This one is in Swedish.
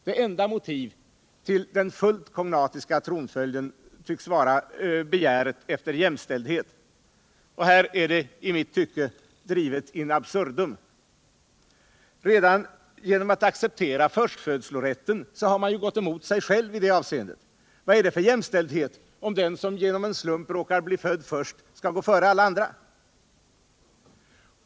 Det enda motivet till den fullt kognatiska tronföljden tycks vara begäret efter jämställdhet, här i mitt tycke drivet in absurdum. Redan genom att acceptera förstfödslorätten har man ju gått emot sig själv i det avseendet. Vad är det för jämställdhet att den som genom en slump råkar födas först skall gå före alla andra?